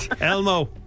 Elmo